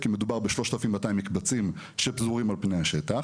כי מדובר ב- 3,200 מקבצים שפזורים על פני השטח.